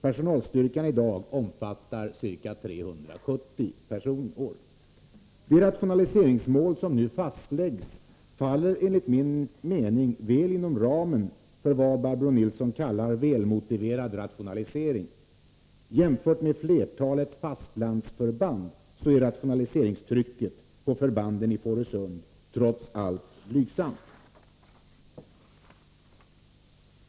Personalstyrkan i dag omfattar ca 370 personår. De rationaliseringsmål som nu fastläggs faller enligt min mening väl inom ramen för vad Barbro Nilsson i Visby kallar ”välmotiverad rationalisering”. Jämfört med flertalet fastlandsförband är rationaliseringstrycket på förbanden i Fårösund trots allt blygsamt.